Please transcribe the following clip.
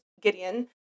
Gideon